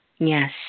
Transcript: Yes